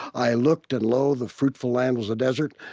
i looked, and lo, the fruitful land was a desert,